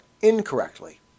incorrectly